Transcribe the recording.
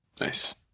Nice